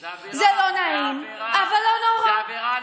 זה לא נעים אבל לא נורא.